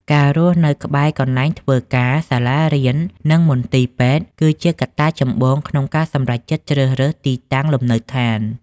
ការរស់នៅក្បែរកន្លែងធ្វើការ សាលារៀន និងមន្ទីរពេទ្យ គឺជាកត្តាចម្បងក្នុងការសម្រេចចិត្តជ្រើសរើសទីតាំងលំនៅឋាន។